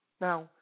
Now